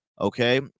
Okay